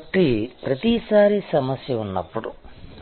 కాబట్టి ప్రతిసారీ సమస్య ఉన్నప్పుడు